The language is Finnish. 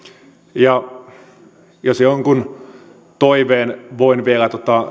ja jos jonkun toiveen voin vielä